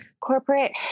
Corporate